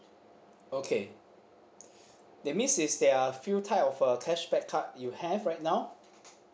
okay that means is there are few type of uh cashback card you have right now